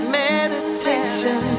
meditation